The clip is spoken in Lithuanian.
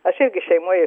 aš irgi šeimoj